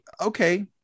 okay